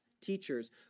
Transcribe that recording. teachers